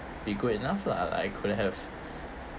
be good enough lah I could have